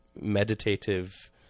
meditative